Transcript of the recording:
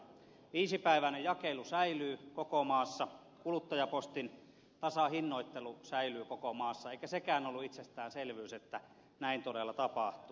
viisipäiväinen jakelu säilyy koko maassa kuluttajapostin tasahinnoittelu säilyy koko maassa eikä sekään ollut itsestäänselvyys että näin todella tapahtuu